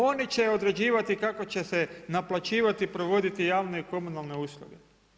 Oni će određivati kako će se naplaćivati i provoditi javne i komunalne usluge.